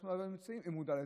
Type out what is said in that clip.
הוא מודע לזה,